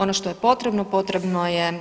Ono što je potrebno, potrebno je